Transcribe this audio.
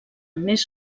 més